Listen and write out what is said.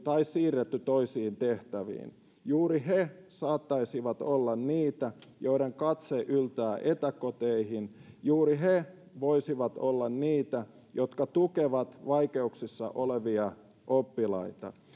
tai siirretty toisiin tehtäviin juuri he saattaisivat olla niitä joiden katse yltää etäkoteihin juuri he voisivat olla niitä jotka tukevat vaikeuksissa olevia oppilaita